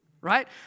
Right